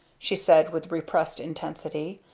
she said with repressed intensity.